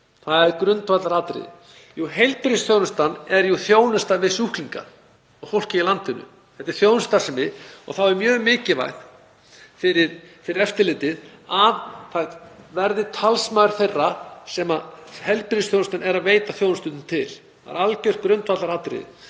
Það er grundvallaratriði. Heilbrigðisþjónusta er jú þjónusta við sjúklinga og fólkið í landinu. Þetta er þjónustustarfsemi og þá er mjög mikilvægt að eftirlitinu sinni talsmaður þeirra sem heilbrigðisþjónustan veitir þjónustu til. Það er algjört grundvallaratriði.